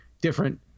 different